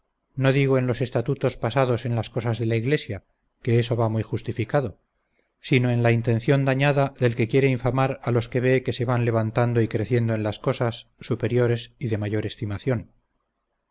no digo en los estatutos pasados en las cosas de la iglesia que eso va muy justificado sino en la intención dañada del que quiere infamar a los que ve que se van levantando y creciendo en las cosas superiores y de mayor estimación